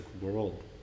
world